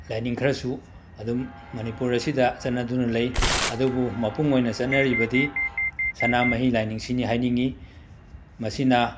ꯂꯥꯏꯅꯤꯡ ꯈꯔꯁꯨ ꯑꯗꯨꯝ ꯃꯅꯤꯄꯨꯔ ꯑꯁꯤꯗ ꯆꯠꯅꯗꯨꯅ ꯂꯩ ꯑꯗꯨꯕꯨ ꯃꯄꯨꯡ ꯑꯣꯏꯅ ꯆꯠꯅꯔꯤꯔꯗꯤ ꯁꯅꯥꯃꯍꯤ ꯂꯥꯏꯅꯤꯡꯁꯤꯅꯤ ꯍꯥꯏꯅꯤꯡꯉꯤ ꯃꯁꯤꯅ